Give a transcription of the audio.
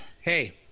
Hey